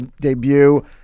debut